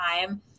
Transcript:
time